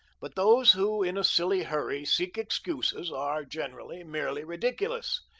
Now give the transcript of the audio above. but those who in a silly hurry seek excuses, are generally merely ridiculous,